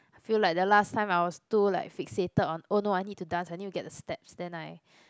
feel like the last time I was too like fixated on oh no I need to dance I need to get the steps then I